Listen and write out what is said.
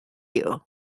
you